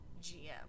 GM